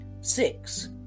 Six